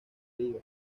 liga